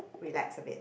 relax a bit